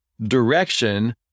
direction